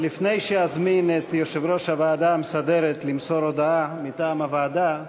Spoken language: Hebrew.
לפני שאזמין את יושב-ראש הוועדה המסדרת למסור הודעה מטעם הוועדה,